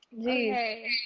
okay